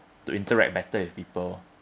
to interact better with people